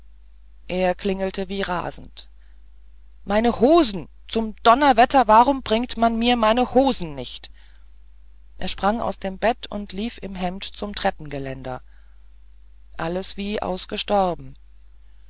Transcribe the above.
er klingelte wie rasend meine hosen zum donnerwetter warum bringt man mir meine hosen nicht er sprang aus dem bett und lief im hemd zum treppengeländer alles wie ausgestorben